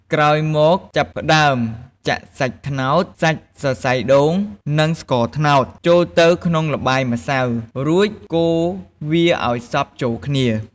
ក្រោយមក ចាប់ផ្ដើមចាក់សាច់ត្នោត សាច់សរសៃដូង និងស្ករត្នោត ចូលទៅក្នុងល្បាយម្សៅ រួចកូរវាឱ្យសព្វចូលគ្នា។